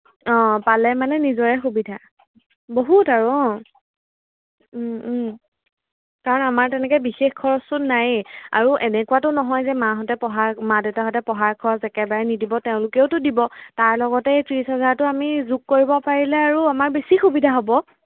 অঁ পালে মানে নিজৰে সুবিধা বহুত আৰু অঁ কাৰণ আমাৰ তেনেকৈ বিশেষ খৰচচোন নাইয়েই আৰু এনেকুৱাতো নহয় যে মাহঁতে পঢ়া মা দেউতাহঁতে পঢ়াৰ খৰচ একেবাৰে নিদিব তেওঁলোকেওতো দিব তাৰ লগতে এই ত্ৰিচ হাজাৰটো আমি যোগ কৰিব পাৰিলে আৰু আমাৰ বেছি সুবিধা হ'ব